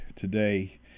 today